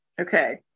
Okay